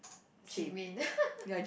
ji min